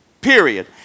period